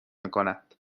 میکند